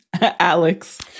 Alex